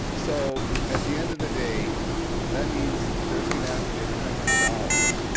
so at the end of the day that means there's going to have to be a commitment to dollars.